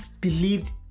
believed